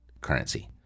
currency